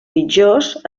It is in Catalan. pitjors